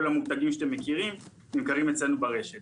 כל המותגים שאתם מכירים נמכרים אצלנו ברשת.